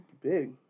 big